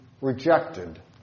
rejected